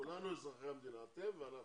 כולנו אזרחי המדינה, אתם ואנחנו.